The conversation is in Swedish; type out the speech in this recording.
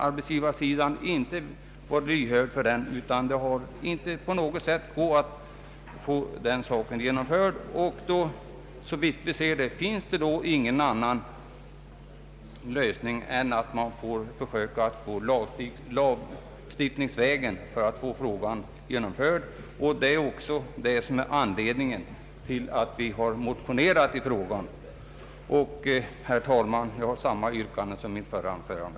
Arbetsgivarparten har inte varit lyhörd för detta krav, och det har inte gått att få saken genomförd. Såvitt jag kan se finns det ingen annan lösning än att gå lagstiftningsvägen, och det är anledningen till att vi har motionerat i frågan. Herr talman! Jag har samma yrkande som i mitt förra anförande.